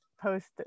post